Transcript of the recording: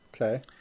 okay